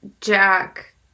Jack